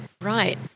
Right